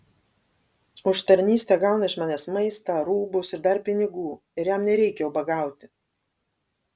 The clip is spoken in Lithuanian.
už tarnystę gauna iš manęs maistą rūbus ir dar pinigų ir jam nereikia ubagauti